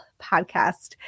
podcast